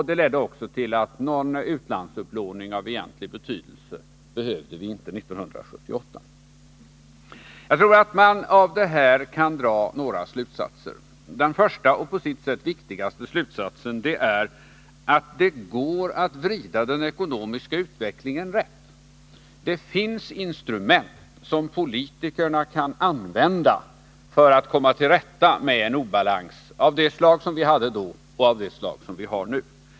Det ledde också till att vi inte behövde någon utlandsupplåning av egentlig betydelse 1978. Av detta kan man dra några slutsatser. Den första och på sitt sätt viktigaste slutsatsen är att det går att vrida den ekonomiska utvecklingen rätt. Det finns instrument som politikerna kan använda för att komma till rätta med en obalans av det slag som vi hade då och som vi har nu.